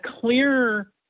clear